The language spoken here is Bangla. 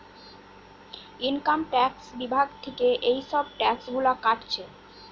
ইনকাম ট্যাক্স বিভাগ থিকে এসব ট্যাক্স গুলা কাটছে